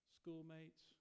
schoolmates